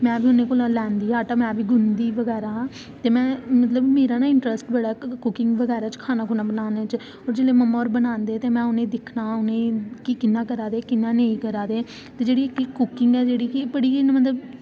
में बी उंदे कोला लैंदी आटा ते बगैरा गुन्नदी ते में ना मेरा इंटरस्ट बड़ा कुकिंग बगैरा च खाना बनाने च ते जेल्लै मम्मा होर बनांदे ते में उनेंगी दिक्खना कि कियां करा दे कियां नेईं करा दे ते जडेह्ड़ी कुकिंग ऐ जेह्ड़ी एह् मतलब बड़ी गै